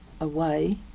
away